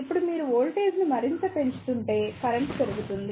ఇప్పుడు మీరు వోల్టేజ్ను మరింత పెంచుతుంటే కరెంట్ పెరుగుతుంది